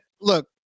look